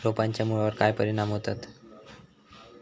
रोपांच्या मुळावर काय परिणाम होतत?